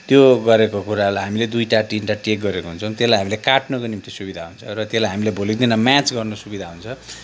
त्यो गरेको कुरालाई हामीले दुईवटा तिनवटा टेक गरेको हुन्छौँ त्यसलाई हामी काट्नको निम्ति सुविधा हुन्छ र त्यसलाई हामीले भोलिको दिनमा म्याच गर्न सुविधा हुन्छ